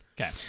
okay